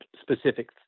specific